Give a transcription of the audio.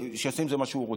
שיעשה עם זה מה שהוא רוצה,